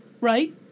right